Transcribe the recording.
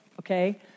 okay